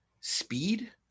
speed